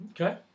Okay